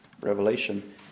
revelation